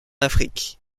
afrique